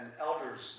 elders